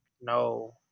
No